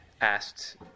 asked